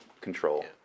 control